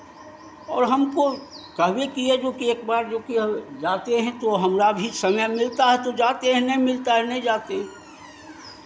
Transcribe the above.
और हमको कहबे किये जोकि एक बार जोकि हम जाते हैं तो हमरा भी समय मिलता है तो जाते हैं नहीं मिलता है नहीं जाते हैं